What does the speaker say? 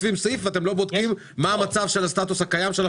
כותבים סעיף ואתם לא בודקים מה המצב של הסטטוס הקיים של החוק?